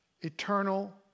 eternal